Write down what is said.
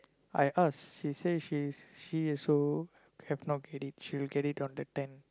I ask she say she is she also have not get it she will get it on the tenth